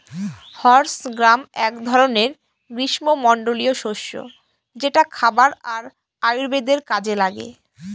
horse gram এক ধরনের গ্রীস্মমন্ডলীয় শস্য যেটা খাবার আর আয়ুর্বেদের কাজে লাগে